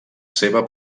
seva